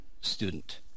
student